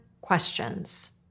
questions